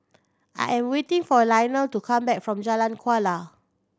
I am waiting for Lionel to come back from Jalan Kuala